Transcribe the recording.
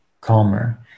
calmer